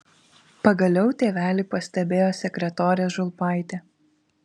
pagaliau tėvelį pastebėjo sekretorė žulpaitė